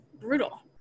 brutal